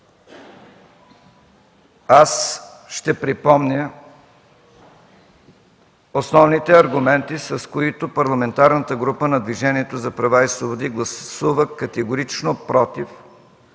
Аз ще припомня основните аргументи, с които Парламентарната група на Движението за права и свободи гласува категорично „против”